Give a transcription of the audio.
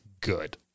good